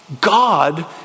God